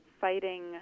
fighting